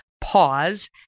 pause